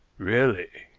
really,